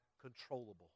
controllable